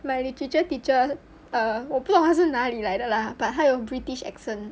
my literature teacher err 我不懂好像是哪里来的啦 but 他有 british accent